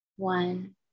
One